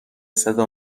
صدا